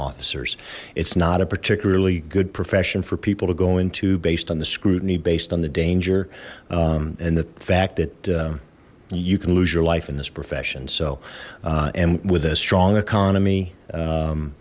officers it's not a particularly good profession for people to go into based on the scrutiny based on the danger and the fact that you can lose your life in this profession so and with a strong economy